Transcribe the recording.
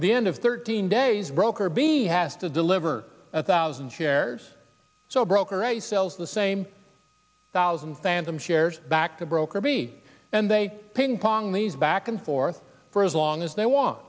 the end of thirteen days broker b has to deliver a thousand shares so a broker a sells the same thousand phantom shares back to broker b and they ping pong these back and forth for as long as they want